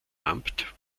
amt